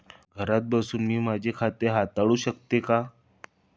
घरात बसून मी माझे खाते हाताळू शकते का?